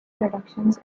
productions